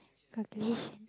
calculation